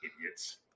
idiots